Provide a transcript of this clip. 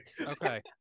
Okay